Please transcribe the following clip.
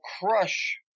crush